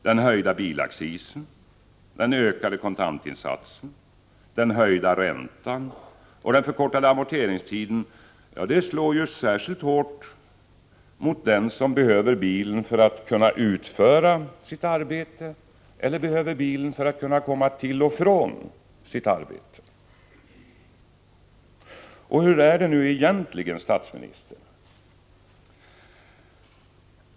Den höjda bilaccisen, den ökade kontantinsatsen, den höjda räntan och den förkortade amorteringstiden slår ju särskilt hårt mot t.ex. den som behöver bilen för att kunna utföra sitt arbete eller behöver bilen för att komma till och från sitt arbete. Hur är det egentligen, statsministern?